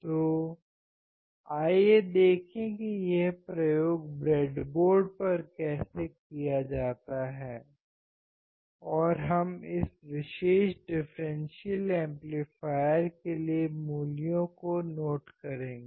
तो आइए देखें कि यह प्रयोग ब्रेडबोर्ड पर कैसे किया जाता है और हम इस विशेष डिफ़्रेंसियल एम्पलीफायर के लिए मूल्यों को नोट करेंगे